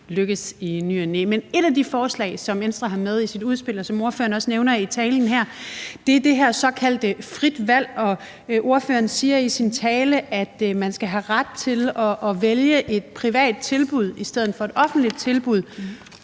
lykkes i ny og næ. Men et af de forslag, som Venstre har med i sit udspil, og som ordføreren også nævner i talen her, er det her såkaldte frit valg. Ordføreren siger, at man skal have ret til at vælge et privat tilbud i stedet for et offentligt tilbud,